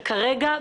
שכרגע,